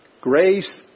Grace